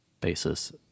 basis